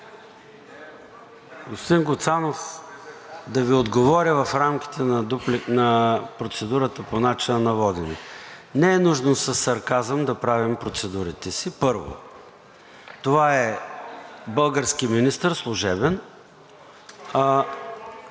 Господин Гуцанов, да Ви отговоря в рамките на процедурата по начина на водене. Не е нужно със сарказъм да правим процедурите си, първо. Това е български министър, служебен.